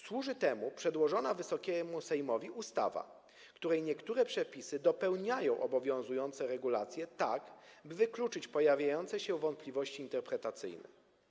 Służy temu przedłożona Wysokiemu Sejmowi ustawa, której niektóre przepisy dopełniają obowiązujące regulacje, tak by wykluczyć pojawiające się wątpliwości interpretacyjne.